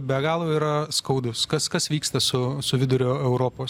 be galo yra skaudus kas kas vyksta su su vidurio europos